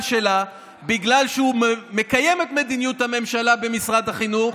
שלה בגלל שהוא מקיים את מדיניות הממשלה במשרד החינוך,